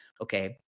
okay